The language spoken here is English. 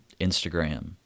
Instagram